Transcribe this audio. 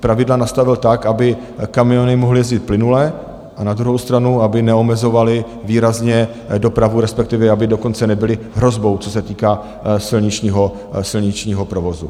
pravidla nastavil tak, aby kamiony mohly jezdit plynule a na druhou stranu aby neomezovaly výrazně dopravu, respektive aby dokonce nebyly hrozbou, co se týká silničního provozu.